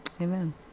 Amen